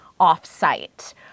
Off-site